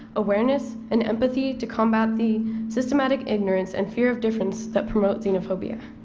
awareness, and empathy to combat the systematic ignorance and fear of difference that promote xenophobia.